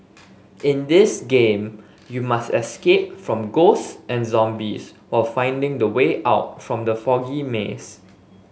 in this game you must escape from ghost and zombies while finding the way out from the foggy maze